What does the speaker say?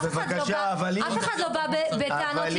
אף אחד לא בא בטענות למד"א.